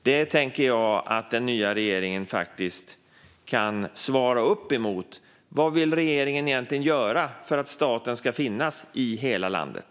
Jag tycker att den nya regeringen behöver svara på vad den egentligen vill göra för att staten ska finnas i hela landet.